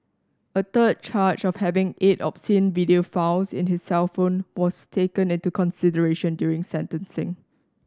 a third charge of having eight obscene video files in his cellphone was taken into consideration during sentencing